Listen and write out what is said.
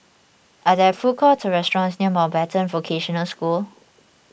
are there food courts or restaurants near Mountbatten Vocational School